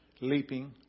leaping